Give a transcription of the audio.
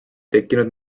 tekkinud